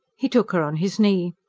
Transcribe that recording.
he took her on his knee.